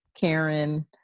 Karen